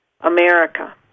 America